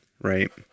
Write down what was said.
right